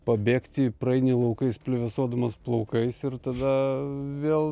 pabėgti praeini laukais plevėsuodamas plaukais ir tada vėl